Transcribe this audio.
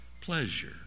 pleasure